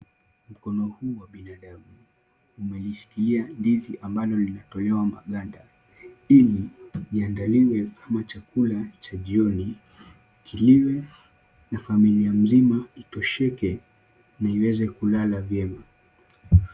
Mkono huu wa binadamu, umelishikilia ndizi ambalo limetolewa maganda, ili liandaliwe kama chakula cha jioni, kiliwe na familia mzima itosheke na iweze kulala vyema.